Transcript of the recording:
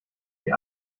sie